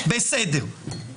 בסדר.